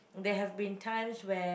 there have been times where